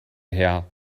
her